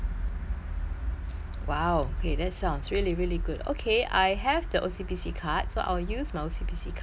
!wow! !hey! that sounds really really good okay I have the O_C_B_C card so I'll use my O_C_B_C card for that